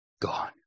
gone